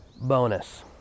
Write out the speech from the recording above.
bonus